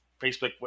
Facebook